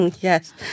Yes